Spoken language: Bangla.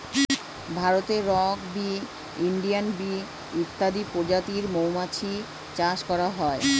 ভারতে রক্ বী, ইন্ডিয়ান বী ইত্যাদি প্রজাতির মৌমাছি চাষ করা হয়